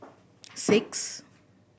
six